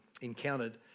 encountered